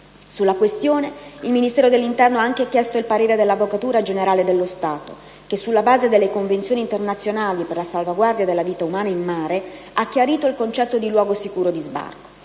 Sulla questione, il Ministero dell'interno ha anche chiesto il parere dell'Avvocatura generale dello Stato che, sulla base delle Convenzioni internazionali per la salvaguardia della vita umana in mare, ha chiarito il concetto di luogo sicuro di sbarco.